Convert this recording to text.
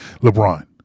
LeBron